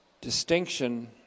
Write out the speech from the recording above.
distinction